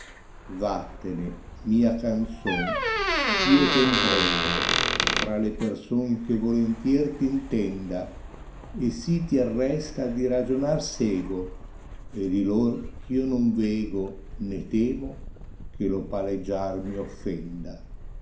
vattene mia ganzon eh io te ne prego fra le person che volentier t intenda e sì ti arresta di ragionar sego e di lor eh io non vego né temo che lo palegiar mi offenda